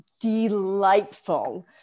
delightful